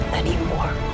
anymore